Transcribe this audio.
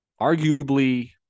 arguably